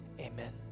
amen